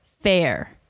Fair